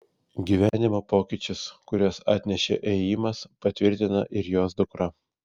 gyvenimo pokyčius kuriuos atnešė ėjimas patvirtina ir jos dukra